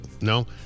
no